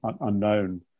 unknown